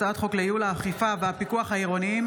הצעת חוק לייעול האכיפה והפיקוח העירוניים